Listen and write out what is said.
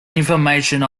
information